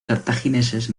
cartagineses